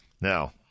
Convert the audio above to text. Now